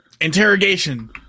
Interrogation